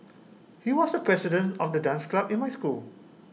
he was the president of the dance club in my school